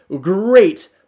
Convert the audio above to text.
great